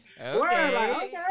Okay